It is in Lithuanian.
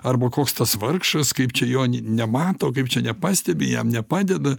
arba koks tas vargšas kaip čia jo ni nemato kaip čia nepastebi jam nepadeda